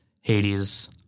Hades